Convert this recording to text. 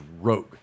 rogue